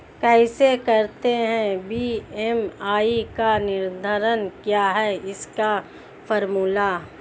कैसे करते हैं बी.एम.आई का निर्धारण क्या है इसका फॉर्मूला?